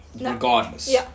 Regardless